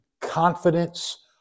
confidence